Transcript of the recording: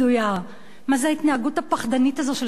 מה זו ההתנהגות הפחדנית של שר הביטחון?